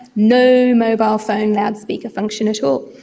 no mobile phone loudspeaker function at all.